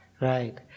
Right